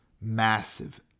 Massive